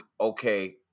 okay